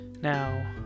Now